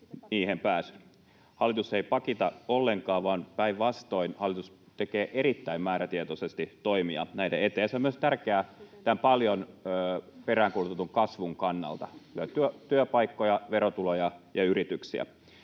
pääsyyn. Hallitus ei pakita ollenkaan, vaan päinvastoin hallitus tekee erittäin määrätietoisesti toimia näiden eteen, ja se on tärkeää myös paljon peräänkuulutetun kasvun kannalta: tuo työpaikkoja, verotuloja ja yrityksiä.